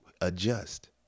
adjust